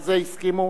הסכימו,